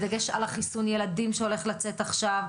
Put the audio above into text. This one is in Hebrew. בדגש על חיסון הילדים שהולך לצאת עכשיו,